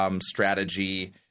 strategy